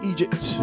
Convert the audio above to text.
Egypt